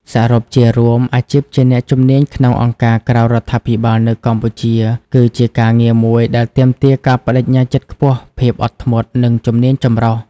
សរុបជារួម អាជីពជាអ្នកជំនាញក្នុងអង្គការក្រៅរដ្ឋាភិបាល នៅកម្ពុជា គឺជាការងារមួយដែល ទាមទារការប្តេជ្ញាចិត្តខ្ពស់ ភាពអត់ធ្មត់ និងជំនាញចម្រុះ ។